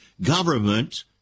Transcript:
government